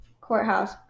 Courthouse